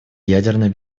ядерной